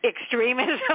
extremism